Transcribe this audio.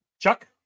Chuck